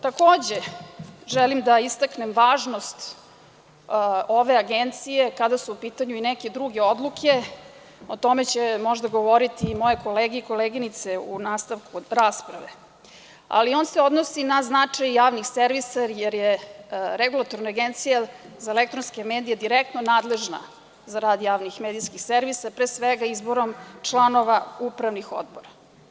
Takođe, želim da istaknem važnost ove agencije kada su u pitanju i neke druge odluke, o tome će možda govoriti i moje kolege i koleginice u nastavku rasprave, ali ona se odnosi na značaj javnih servisa jer je regulatorna agencija za elektronske medije direktno nadležna za rad javnih medijskih servisa, pre svega izborom članova upravnih odbora.